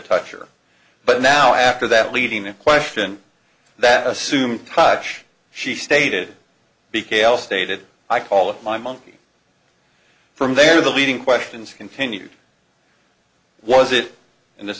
touch or but now after that leading that question that assumed touch she stated be cayle stated i call up my monkey from there the leading questions continued was it and this